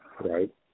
right